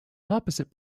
opposite